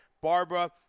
Barbara